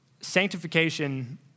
Sanctification